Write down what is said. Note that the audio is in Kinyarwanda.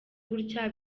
gutya